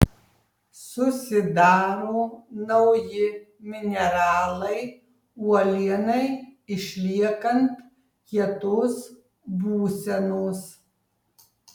susidaro nauji mineralai uolienai išliekant kietos būsenos